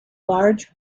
large